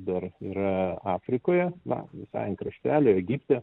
dar yra afrikoje na visai ant kraštelio egipte